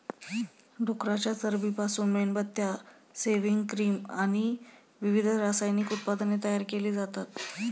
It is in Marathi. डुकराच्या चरबीपासून मेणबत्त्या, सेव्हिंग क्रीम आणि विविध रासायनिक उत्पादने तयार केली जातात